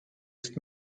ist